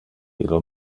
illo